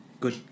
good